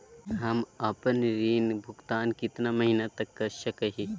हम आपन ऋण भुगतान कितना महीना तक कर सक ही?